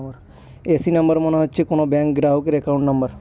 AC number মানে হচ্ছে কোনো ব্যাঙ্ক গ্রাহকের একাউন্ট নাম্বার